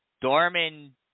Dorman